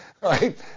right